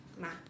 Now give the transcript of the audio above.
吗